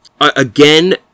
again